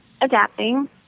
adapting